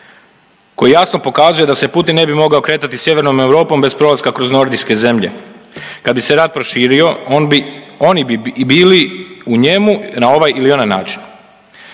koji jasno pokazuje da se Putin ne bi mogao kretati sjevernom Europom bez prolaska kroz nordijske zemlje. Kad bi se rat proširio, on bi, oni bi bili u njemu, na ovaj ili onaj način.